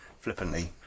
flippantly